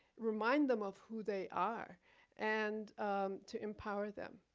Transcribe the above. remind them of who they are and to empower them.